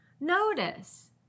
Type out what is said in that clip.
Notice